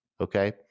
Okay